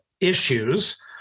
issues